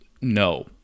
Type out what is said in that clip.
no